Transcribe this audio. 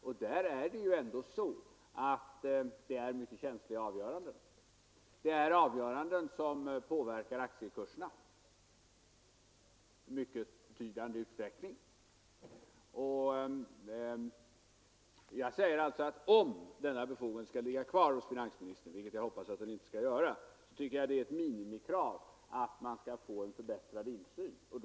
Detta är ändå mycket känsliga avgöranden, som påverkar aktiekurserna i mycket betydande utsträckning. Om denna befogenhet skall ligga kvar hos finansministern, vilket jag hoppas den inte skall göra, tycker jag att det är ett minimikrav att man skall få en förbättrad insyn.